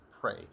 pray